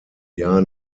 jahr